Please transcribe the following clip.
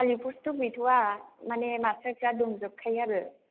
खालि फसथ' गैथ'आ माने मासथारफ्रा दंजोबखायो आरो